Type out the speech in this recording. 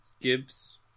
Gibbs